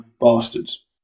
Bastards